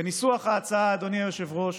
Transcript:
בניסוח ההצעה, אדוני היושב-ראש,